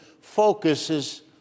focuses